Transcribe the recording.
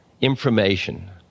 information